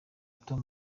tom